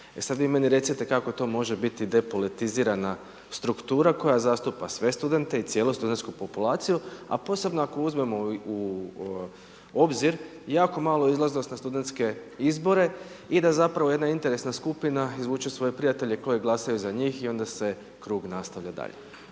E sada vi meni recite kako to može biti depolitizirana struktura koja zastupa sve studente i cijelu studentsku populaciju, a posebno ako uzmemo u obzir jako malo izlaznost na studentske izbore i da zapravo jedna interesna skupina izvuče svoje prijatelje koji glasaju za njih i onda se krug nastavlja dalje.